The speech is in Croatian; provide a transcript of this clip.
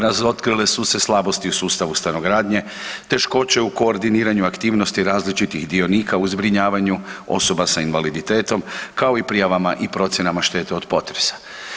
Razotkrile su se slabosti u sustavu stanogradnje, teškoće u koordiniranju aktivnosti različitih dionika u zbrinjavanju osoba s invaliditetom kao i prijavama i procjenama šteta od potresa.